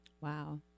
Wow